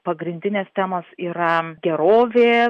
pagrindinės temos yra gerovė